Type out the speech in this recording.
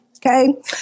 Okay